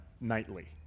nightly